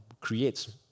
creates